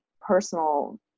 personal